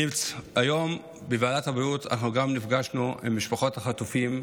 היום בוועדת הבריאות אנחנו נפגשנו עם משפחות החטופים,